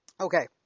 Okay